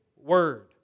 Word